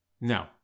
No